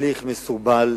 הליך מסורבל,